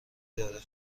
داره